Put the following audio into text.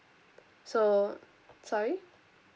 so sorry